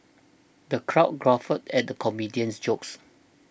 the crowd guffawed at the comedian's jokes